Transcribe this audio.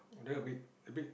then a bit a bit